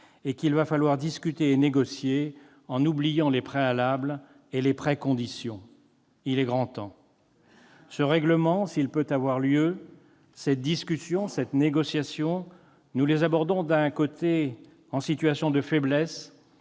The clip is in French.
; il va donc falloir discuter et négocier en oubliant les préalables et les préconditions. Il est grand temps ! Ce règlement, s'il peut avoir lieu, cette discussion, cette négociation, nous les abordons, d'une certaine manière, en situation de faiblesse,